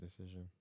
decision